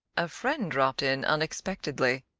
a friend dropped in unexpectedly.